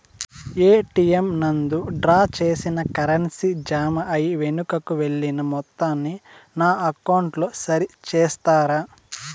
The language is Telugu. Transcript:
ఎ.టి.ఎం నందు డ్రా చేసిన కరెన్సీ జామ అయి వెనుకకు వెళ్లిన మొత్తాన్ని నా అకౌంట్ లో సరి చేస్తారా?